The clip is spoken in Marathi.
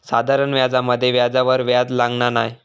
साधारण व्याजामध्ये व्याजावर व्याज लागना नाय